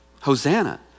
Hosanna